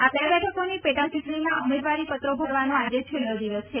આ બે બેઠકોની પેટાચૂંટણીમાં ઉમેદવારી પત્રો ભરવાનો આજે છેલ્લો દિવસ છે